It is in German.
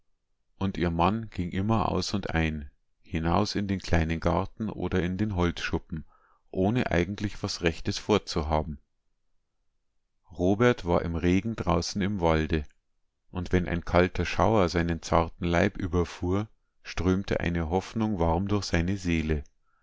und ihr mann ging immer aus und ein hinaus in den kleinen garten oder in den holzschuppen ohne eigentlich was rechtes vorzuhaben robert war im regen draußen im walde und wenn ein kalter schauer seinen zarten leib überfuhr strömte eine hoffnung warm durch seine seele